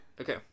Okay